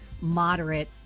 moderate